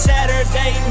Saturday